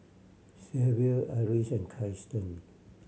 Xzavier Ardis and